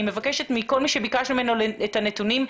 אני מבקשת מכל מי שביקשתי ממנו את הנתונים,